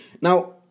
Now